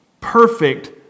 perfect